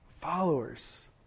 followers